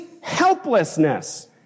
helplessness